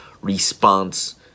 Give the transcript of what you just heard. response